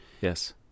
yes